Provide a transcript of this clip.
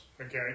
okay